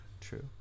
true